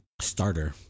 starter